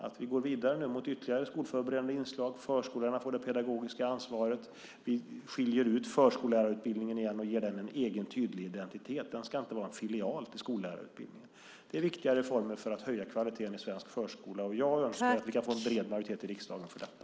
Jag hoppas att vi nu kan gå vidare mot ytterligare skolförberedande inslag där förskolorna får det pedagogiska ansvaret. Vi skiljer ut förskollärarutbildningen igen och ger den en egen tydlig identitet. Den ska inte vara en filial till skollärarutbildningen. Det är viktiga reformer för att höja kvaliteten i svensk förskola. Jag önskar att vi kan få en bred majoritet i riksdagen för detta.